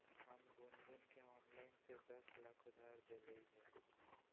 हम गुनगुण के ऑनलाइन से दस लाख उधार देलिअई ह